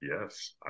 Yes